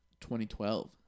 2012